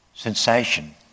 Sensation